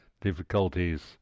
difficulties